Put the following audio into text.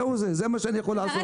זהו זה, זה מה שאני יכול לעשות.